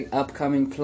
upcoming